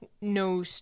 no